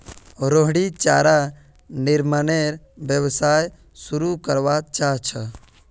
रोहिणी चारा निर्मानेर व्यवसाय शुरू करवा चाह छ